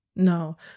no